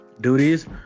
duties